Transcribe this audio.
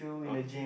okay